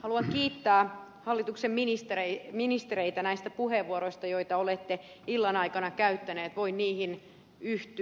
haluan kiittää hallituksen ministereitä näistä puheenvuoroista joita olette illan aika käyttäneet voin niihin yhtyä